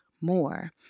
more